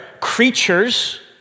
creatures